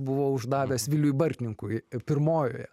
buvo uždavęs viliui bartninkui pirmojoje